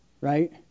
right